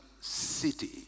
city